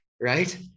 right